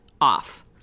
off